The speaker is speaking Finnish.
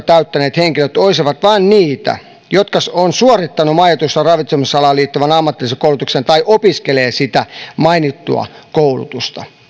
täyttäneet henkilöt olisivat vain niitä jotka ovat suorittaneet majoitus ja ravitsemusalaan liittyvän ammatillisen koulutuksen tai opiskelevat sitä mainittua koulutusta